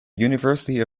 university